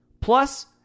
Plus